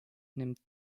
nimmt